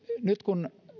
nyt kun